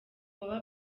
baba